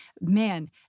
man